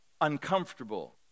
uncomfortable